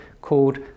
called